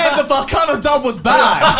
the baccano! dub was bad.